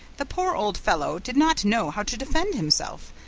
the poor old fellow did not know how to defend himself,